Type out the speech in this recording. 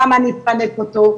כמה אני אפנק אותו.